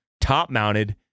top-mounted